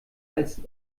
als